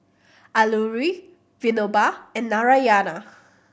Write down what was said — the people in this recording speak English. Alluri Vinoba and Narayana